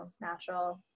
natural